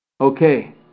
Okay